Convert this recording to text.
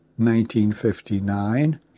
1959